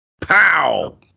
pow